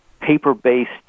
paper-based